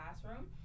classroom